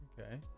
Okay